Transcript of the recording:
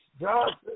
Johnson